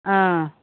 ஆ